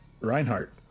Reinhardt